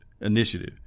Initiative